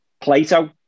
Plato